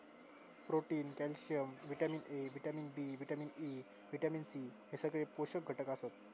protein, calcium, vitamin A, vitamin B, vitamin E, vitamin C हे सगळे पोषक घटक आसत